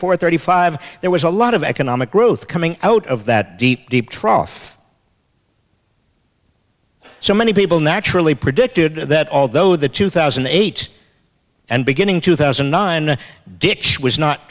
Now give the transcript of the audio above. four thirty five there was a lot of economic growth coming out of that deep deep trough so many people naturally predicted that although the two thousand and eight and beginning two thousand and nine dicks was not